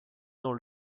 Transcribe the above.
dans